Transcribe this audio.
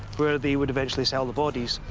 where they would eventually sell the bodies.